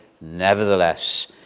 nevertheless